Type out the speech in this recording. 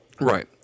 Right